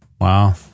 Wow